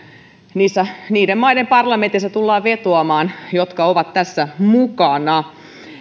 niiden maiden parlamenteissa tullaan vetoamaan jotka ovat tässä mukana